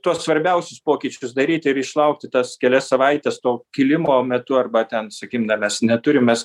tuos svarbiausius pokyčius daryti ir išlaukti tas kelias savaites to kilimo metu arba ten sakykim na mes neturim mes